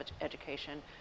education